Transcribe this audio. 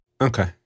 Okay